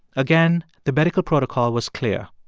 again, the medical protocol was clear.